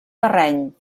terreny